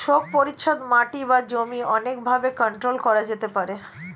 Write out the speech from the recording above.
শোক পরিচ্ছদ মাটি বা জমি অনেক ভাবে কন্ট্রোল করা যেতে পারে